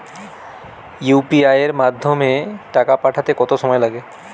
UPI এর মাধ্যমে টাকা পাঠাতে কত সময় লাগে?